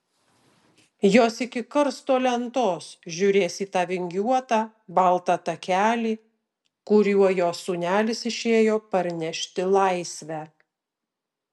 jos iki karsto lentos žiūrės į tą vingiuotą baltą takelį kuriuo jos sūnelis išėjo parnešti laisvę